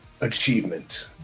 achievement